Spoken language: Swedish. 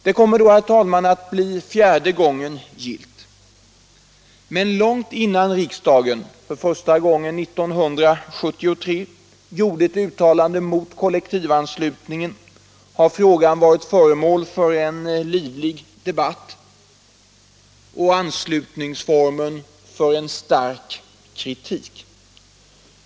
Det kommer då att bli fjärde gången gillt. Men långt innan riksdagen för första gången 1973 gjorde ett uttalande mot kollektivanslutningen hade frågan varit föremål för en livlig debatt och anslutningsformen för en stark kritik.